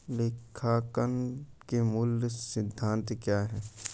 लेखांकन के मूल सिद्धांत क्या हैं?